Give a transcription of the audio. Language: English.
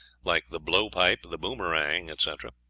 like the blow-pipe, the boomerang, etc.